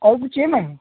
और कुछ चाहिए मैम